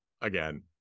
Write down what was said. again